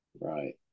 Right